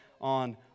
on